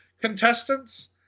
contestants